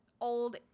old